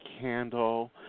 candle